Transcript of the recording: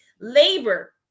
labor